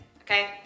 okay